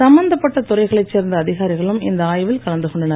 சம்பந்தப்பட்ட துறைகளைச் சேர்ந்த அதிகாரிகளும் இந்த ஆய்வில் கலந்து கொண்டனர்